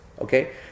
Okay